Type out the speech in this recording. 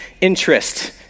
interest